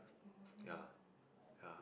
ya ya